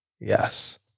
yes